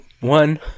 one